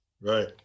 Right